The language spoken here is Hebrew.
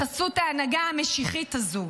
בחסות ההנהגה המשיחית הזו.